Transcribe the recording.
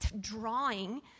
drawing